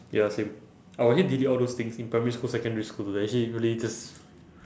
ya same I will hit delete all those things in primary school secondary school it's actually really just